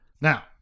Now